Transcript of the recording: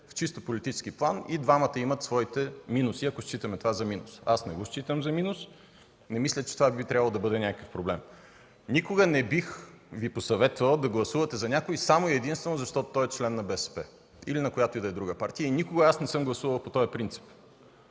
В чисто политически план и двамата имат своите минуси, ако считаме това за минус. Аз не го считам за минус, не мисля, че това би трябвало да бъде някакъв проблем. Никога не бих Ви посъветвал да гласувате за някого само и единствено защото той е член на БСП или на някоя друга партия. Никога не съм гласувал на този принцип.